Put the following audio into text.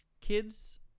kids